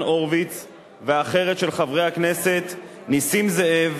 הורוביץ והאחרת של חברי הכנסת נסים זאב,